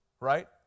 Right